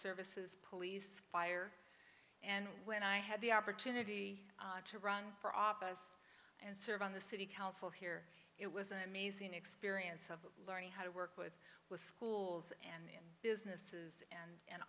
services police fire and when i had the opportunity to run for office and serve on the city council here it was an amazing experience of learning how to work with with schools and businesses and